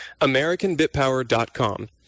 AmericanBitPower.com